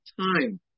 time